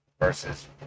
versus